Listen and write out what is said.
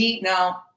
No